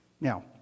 Now